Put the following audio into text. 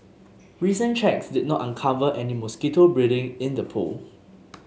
recent checks did not uncover any mosquito breeding in the pool